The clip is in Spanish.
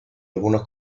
algunos